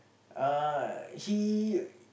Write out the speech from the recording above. uh he